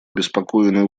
обеспокоены